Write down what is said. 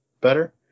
better